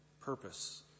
Purpose